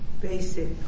basic